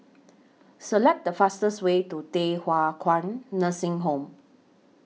Select The fastest Way to Thye Hua Kwan Nursing Home